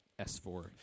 S4